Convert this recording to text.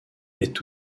est